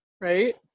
right